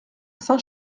saint